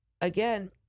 again